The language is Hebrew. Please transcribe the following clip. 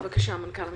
בבקשה, מנכ"ל המשרד.